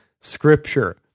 scripture